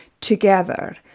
together